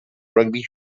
rugby